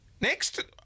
Next